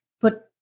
put